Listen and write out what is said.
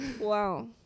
Wow